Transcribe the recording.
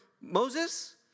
Moses